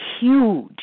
huge